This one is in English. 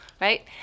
right